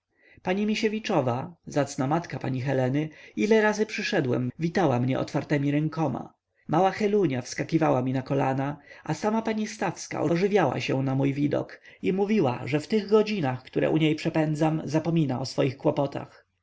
i przytem byłem życzliwie przyjmowany pani misiewiczowa zacna matka pani heleny ile razy przyszedłem witała mnie otwartemi rękoma mała helunia wskakiwała mi na kolana a sama pani stawska ożywiała się na mój widok i mówiła że w tych godzinach które u niej przepędzam zapomina o swoich kłopotach